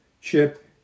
Chip